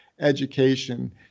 education